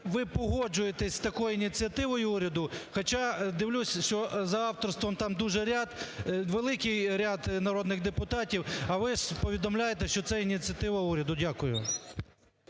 ви погоджуєтесь з такою ініціативою уряду. Хоча дивлюся, що за авторством там дуже ряд, великий ряд народних депутатів, а ви повідомляєте, що це ініціатива уряду. Дякую.